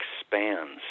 expands